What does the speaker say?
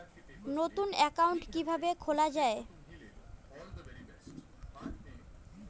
নতুন একাউন্ট কিভাবে খোলা য়ায়?